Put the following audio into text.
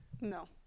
No